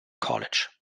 college